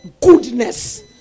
goodness